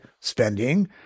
spending